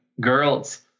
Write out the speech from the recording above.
girls